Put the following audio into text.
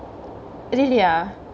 really ah